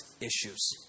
issues